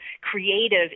creative